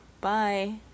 Bye